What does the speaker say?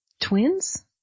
twins